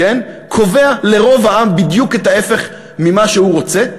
קובע לרוב העם בדיוק את ההפך ממה שהוא רוצה,